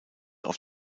auf